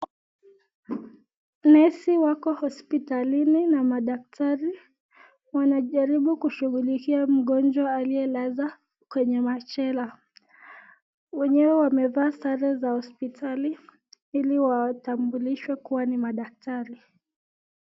Nesi wako hospitali na madaktari wanajaribu kushugulikia mgonjwa aliye lazwa kwenye machela. Wenyewe wamevaa sare za hospitali ili kuwatambulisha kua ni madaktari.